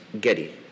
Getty